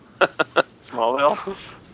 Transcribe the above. Smallville